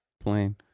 Plain